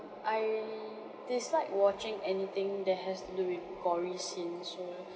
I dislike watching anything that has to do with gory scenes ya